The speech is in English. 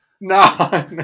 no